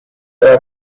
air